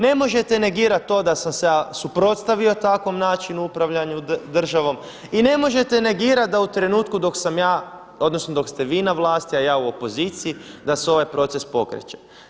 Ne možete negirati to da sam se ja suprotstavio takvom načinu upravljanja državom i ne možete negirati da u trenutku dok sam ja, odnosno dok ste vi na vlasti, a ja u opoziciji da se ovaj proces pokreće.